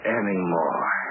anymore